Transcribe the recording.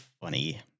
funny